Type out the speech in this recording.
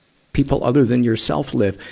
people other than yourself live.